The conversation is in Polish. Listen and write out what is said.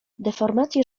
deformacje